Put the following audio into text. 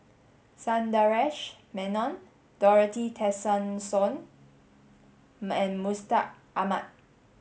Sundaresh Menon Dorothy Tessensohn and Mustaq Ahmad